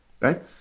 Right